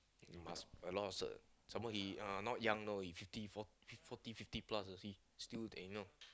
you must a lot a cert some more he uh not young know he fifty for~ forty fifty plus you see still take you know